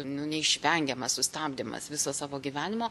nu neišvengiamas sustabdymas viso savo gyvenimo